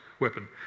weapon